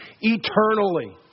eternally